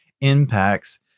impacts